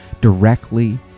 directly